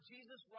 Jesus